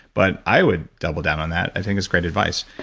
but i would double down on that. i think it's great advice.